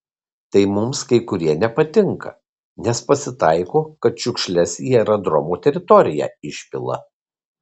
tai mums kai kurie nepatinka nes pasitaiko kad šiukšles į aerodromo teritoriją išpila